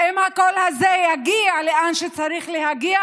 האם הקול הזה יגיע לאן שהוא צריך להגיע?